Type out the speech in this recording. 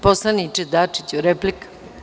Poslaniče Dačiću, replika?